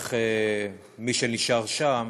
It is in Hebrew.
ואיך מי שנשאר שם